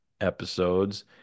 episodes